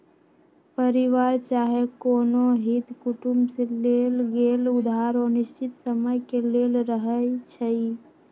परिवार चाहे कोनो हित कुटुम से लेल गेल उधार अनिश्चित समय के लेल रहै छइ